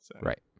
right